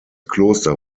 kloster